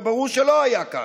וברור שלא היה כך.